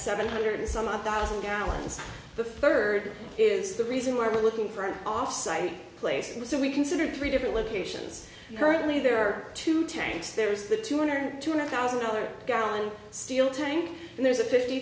seven hundred some odd thousand gallons the third is the reason why we're looking for an offsite place so we considered three different locations currently there are two tanks there's the two hundred two hundred thousand other gallon steel tank and there's a fifty